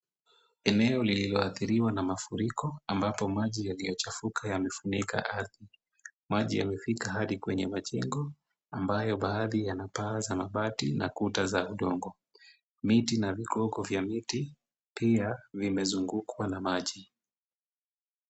Eneo lililoathiriwa na mafuriko ambapo maji yaliyochafuka yamefunika ardhi. Maji yamefika hadi kwenye majengo ambayo baadhi yana paa za mabati na kuta za udongo. Miti na vigogo vya miti pia vimezungukwa na maji.